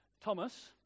Thomas